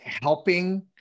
helping